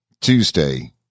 Tuesday